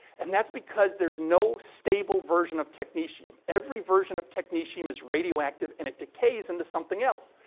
and that's because there's no stable version of technetium. every version of technetium is radioactive and it decays into something else.